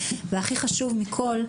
והכי חשוב מכול,